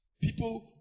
people